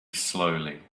slowly